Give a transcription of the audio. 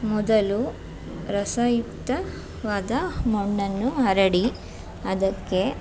ಮೊದಲು ರಸಯುಕ್ತವಾದ ಮಣ್ಣನ್ನು ಹರಡಿ ಅದಕ್ಕೆ